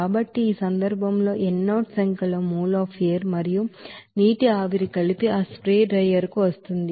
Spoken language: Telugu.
కాబట్టి ఈ సందర్భంలో n0 సంఖ్యలో mol of air మరియు నీటి ఆవిరి కలిపి ఆ స్ప్రే డ్రైయర్ కు వస్తోంది